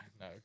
No